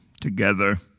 together